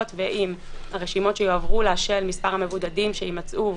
ועם הרשימות שיועברו לה של מספר המבודדים שימצאו,